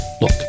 Look